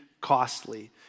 costly